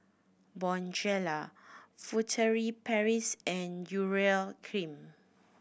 Bonjela Furtere Paris and Urea Cream